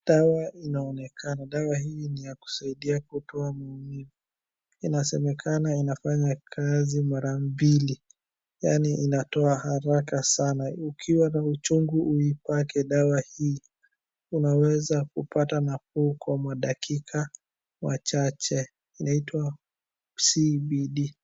Dawa inaonekana, dawa hii ni ya kusaidia kutoa maumivu. Inasemekana inafanya kazi mara mbili, yaani inatoa haraka sana. Ukiwa na uchungu uipake dawa hii, unaweza kupata nafuu kwa madakika machache, inaitwa CBD .